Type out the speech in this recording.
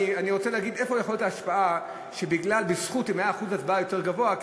אני רוצה להגיד איפה יכולה להיות ההשפעה בזכות אחוז הצבעה יותר גבוה,